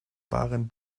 waren